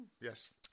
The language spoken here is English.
Yes